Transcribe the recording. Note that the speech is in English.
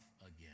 again